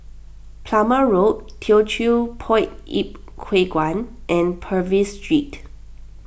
Plumer Road Teochew Poit Ip Huay Kuan and Purvis Street